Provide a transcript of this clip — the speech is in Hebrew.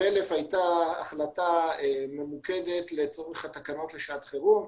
1,000 הייתה החלטה ממוקדת לצורך התקנות לשעת חירום,